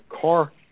car